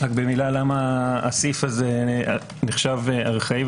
רק במילה למה הסעיף הזה נחשב ארכאי,